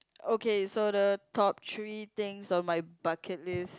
okay so the top three things on my bucket list